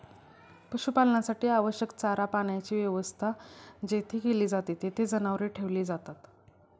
पशुपालनासाठी आवश्यक चारा पाण्याची व्यवस्था जेथे केली जाते, तेथे जनावरे ठेवली जातात